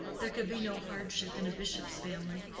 there could be no hardship in a bishop's family.